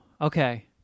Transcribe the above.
Okay